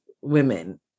women